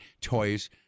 toys